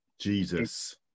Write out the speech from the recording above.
Jesus